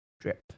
drip